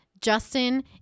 Justin